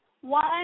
One